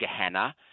Gehenna